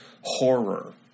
horror